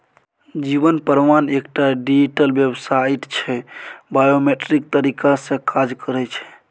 जीबन प्रमाण एकटा digital website छै बायोमेट्रिक तरीका सँ काज करय छै